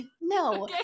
No